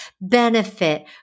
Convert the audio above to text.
benefit